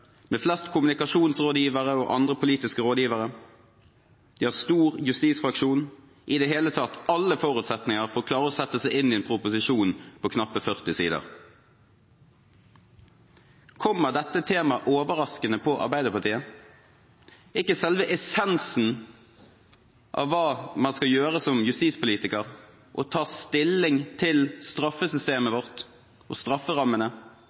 med flest kommunikasjonsrådgivere og andre politiske rådgivere, de har stor justisfraksjon – de har i det hele tatt alle forutsetninger for å klare å sette seg inn i en proposisjon på knappe 40 sider. Kommer dette temaet overraskende på Arbeiderpartiet? Er ikke selve essensen av hva man skal gjøre som justispolitiker, å ta stilling til straffesystemet vårt og strafferammene?